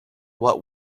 what